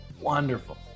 wonderful